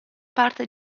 parte